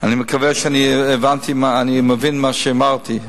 מקווה שאני אבין מה שאמרתי,